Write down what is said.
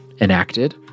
enacted